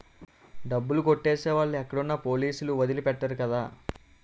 డబ్బులు కొట్టేసే వాళ్ళు ఎక్కడున్నా పోలీసులు వదిలి పెట్టరు కదా